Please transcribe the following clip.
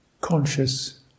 conscious